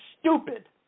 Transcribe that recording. stupid